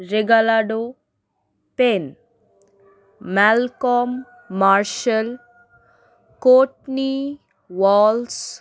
Regalado Penn Malcolm Marshall Courtney Waals